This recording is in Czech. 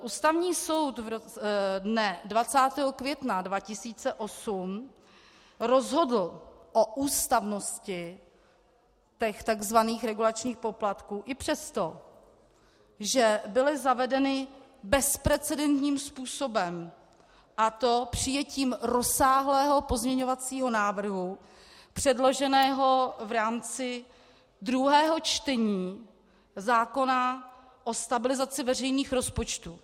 Ústavní soud dne 20. května 2008 rozhodl o ústavnosti takzvaných regulačních poplatků i přesto, že byly zavedeny bezprecedentním způsobem, a to přijetím rozsáhlého pozměňovacího návrhu předloženého v rámci druhého čtení zákona o stabilizaci veřejných rozpočtů.